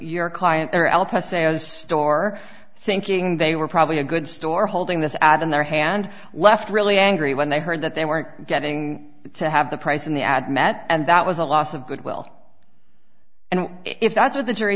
your client or el paso's store thinking they were probably a good store holding this ad in their hand left really angry when they heard that they weren't getting to have the price in the ad met and that was a loss of good will and if that's what the jury